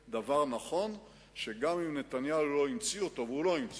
אני לא נכנס לשאלה אם הפרויקט של הרכבת טוב או רע לאילת,